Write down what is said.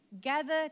gather